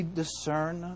discern